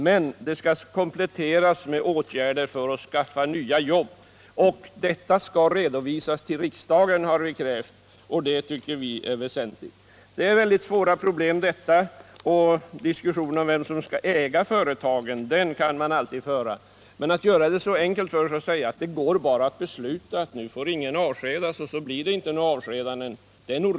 Men det skall kompletteras med åtgärder för att skaffa nya jobb. Vi har krävt att detta skall redovisas till riksdagen, och det tycker vi är väsentligt. De här problemen är mycket svåra, och man kan alltid föra diskussionen om vem som skall äga företagen. Men det är orimligt att tro att man kan göra det så enkelt för sig att man beslutar att ingen får avskedas — och så blir det inga avskedanden.